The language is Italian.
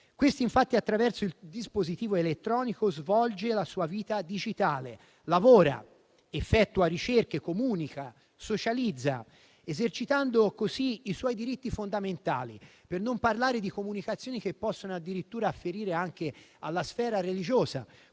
Questi, infatti, attraverso il dispositivo elettronico svolge la sua vita digitale, lavora, effettua ricerche, comunica, socializza, esercitando così i suoi diritti fondamentali, per non parlare di comunicazioni che possono addirittura afferire anche alla sfera religiosa.